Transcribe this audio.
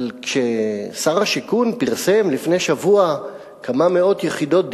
אבל כששר השיכון פרסם לפני שבוע כמה מאות יחידות דיור,